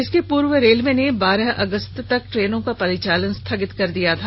इसके पूर्व रेलवे ने बारह अगस्त तक ट्रेनों का परिचालन स्थगित कर दिया था